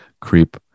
creep